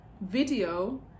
video